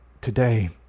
today